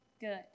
good